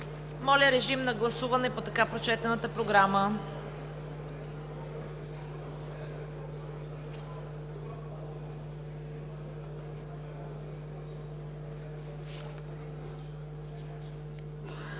Моля, режим на гласуване по така прочетената Програма.